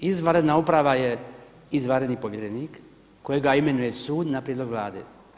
Izvanredna uprava je izvanredni povjerenik kojega imenuje sud na prijedlog Vlade.